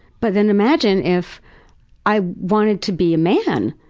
but then imagine if i wanted to be a man.